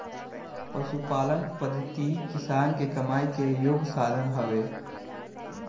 पशुपालन पद्धति किसान के कमाई के एगो साधन हवे